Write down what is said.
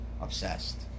obsessed